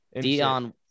Dion